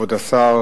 כבוד השר,